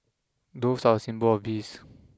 doves are a symbol of peace